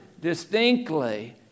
distinctly